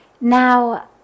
Now